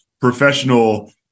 professional